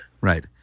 Right